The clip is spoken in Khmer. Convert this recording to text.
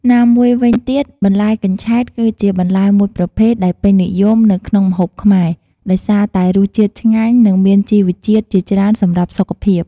ណាមួយវិញទៀត បន្លែកញ្ឆែត គឺជាបន្លែមួយប្រភេទដែលពេញនិយមនៅក្នុងម្ហូបខ្មែរ ដោយសារតែរសជាតិឆ្ងាញ់ និងមានជីវជាតិជាច្រើនសម្រាប់សុខភាព។